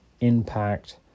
impact